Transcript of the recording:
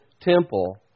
temple